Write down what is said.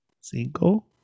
cinco